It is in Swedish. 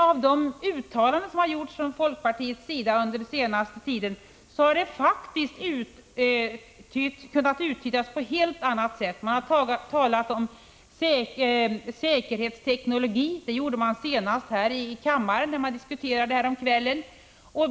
Av de uttalanden som gjorts från folkpartiets sida under den senaste tiden har man faktiskt kunna uttyda någonting helt annat. Man har talat om säkerhetsteknologi. Det gjorde man senast häromkvällen när vi här diskuterade kärnkraft.